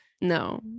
No